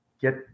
get